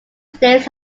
states